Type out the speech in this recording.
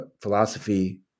philosophy